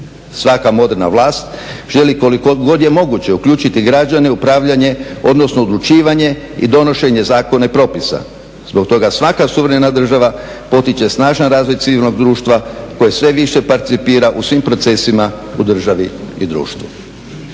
Svaka moderna vlast želi koliko god je moguće uključiti građane u upravljanje, odnosno u odlučivanje i donošenje zakona i propisa. Zbog toga svaka suvremena država potiče snažan razvoj civilnog društva koje sve više participira u svim procesima u državi i društvu.